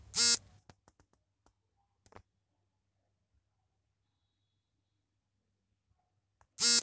check fraud, marketing fraud, payment fraud ಮುಂತಾದವು financial fraud ನಲ್ಲಿ ಬರುತ್ತವೆ